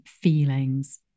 feelings